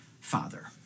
father